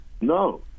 No